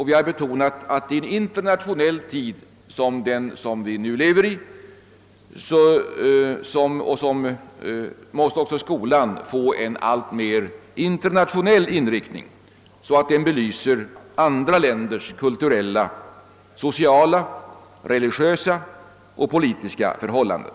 Vi har betonat att i en internationell tid som den vi nu lever i även skolan måste få en alltmer internationell inriktning, så att den belyser andra länders kulturella, sociala, religiösa och politiska förhållanden.